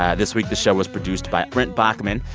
ah this week, the show was produced by brent baughman,